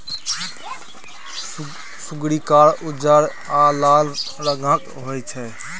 सुग्गरि कार, उज्जर आ लाल रंगक होइ छै